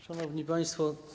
Szanowni Państwo!